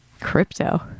Crypto